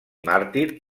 màrtir